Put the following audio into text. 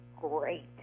great